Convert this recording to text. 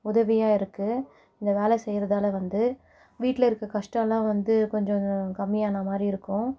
உதவியாக இருக்குது இந்த வேலை செய்கிறதால வந்து வீட்டில் இருக்க கஷ்டம்லாம் வந்து கொஞ்சம் கம்மியான மாதிரி இருக்கும்